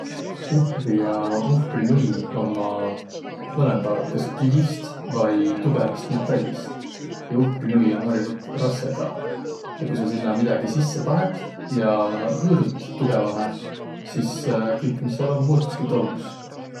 Uhmri ja uhmrinui ummaq mõlõmbaq kas kivist vai tugõvast metallist, ja uhmrinui om hariligult rassõ ka. Ja ku saq sinnäq midägi sisse panõt ja hõõrut tugõvahe, sis kõik, mis sääl om, muutuski tolmus.